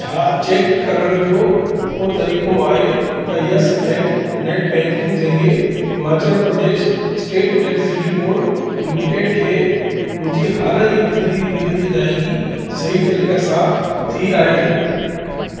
छा चेक करण जो को तरीक़ो आहे त यस बैंक नेट बैंकिंग ज़रिये Himachal Pradesh State Electricity Board Limited खे मुंजी हाल जी बिजली बिल जी अदायगी सही तरीक़े सां थी आहे